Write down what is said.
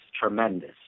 tremendous